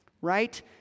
right